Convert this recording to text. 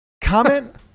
Comment